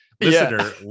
listener